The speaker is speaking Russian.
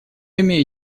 имею